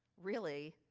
really,